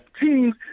teams